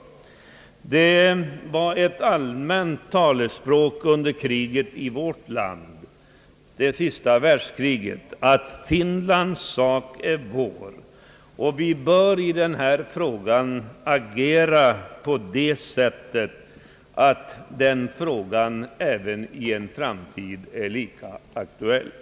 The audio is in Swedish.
Under kriget var det ett allmänt talesätt i vårt land att »Finlands sak är vår». Vi bör i denna fråga agera på det sättet, att detta talesätt även i en framtid är lika aktuellt.